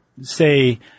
say